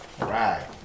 Right